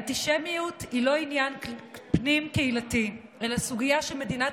אנטישמיות היא לא עניין פנים-קהילתי אלא סוגיה שמדינת